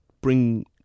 bring